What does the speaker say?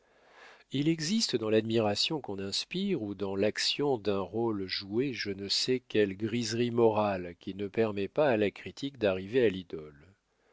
il existe dans l'admiration qu'on inspire ou dans l'action d'un rôle joué je ne sais quelle griserie morale qui ne permet pas à la critique d'arriver à l'idole